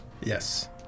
Yes